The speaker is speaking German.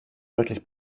deutlich